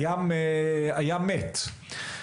הים מת,